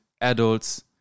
Adults